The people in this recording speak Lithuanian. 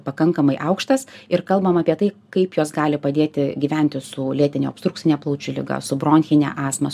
pakankamai aukštas ir kalbam apie tai kaip jos gali padėti gyventi su lėtine obstrukcine plaučių liga su bronchine astma